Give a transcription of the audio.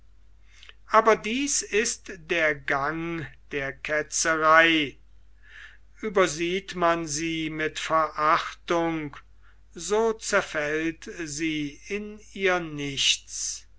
aber dies ist der gang der ketzerei uebersieht man sie mit verachtung so zerfällt sie in ihr nichts